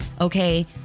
okay